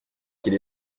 qu’il